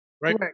Right